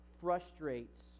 frustrates